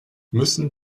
müssen